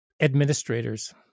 administrators